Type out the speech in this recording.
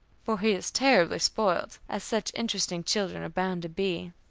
for he is terribly spoilt, as such interesting children are bound to be.